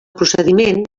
procediment